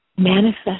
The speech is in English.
Manifest